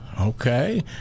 Okay